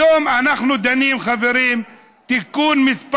היום אנחנו דנים, חברים, בתיקון מס'